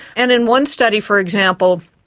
and in one study, for example,